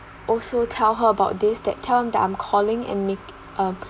also tell her about this that tell her that I'm calling and make um